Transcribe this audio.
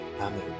Amen